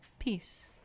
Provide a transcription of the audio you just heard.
peace